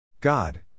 God